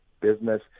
business